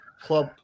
Club